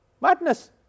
Madness